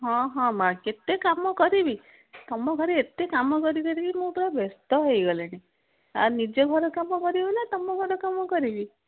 ହଁ ହଁ ମାଆ କେତେ କାମ କରିବି ତମ ଘରେ ଏତେ କାମ କରି କରି ମୁଁ ପୁରା ବ୍ୟସ୍ତ ହେଇଗଲିଣି ଆଉ ନିଜେ ଘର କାମ କରିବିନା ତମ ଘର କାମ କରିବି